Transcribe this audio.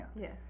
Yes